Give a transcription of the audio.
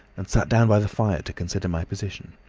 and sat down by the fire to consider my position.